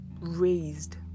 raised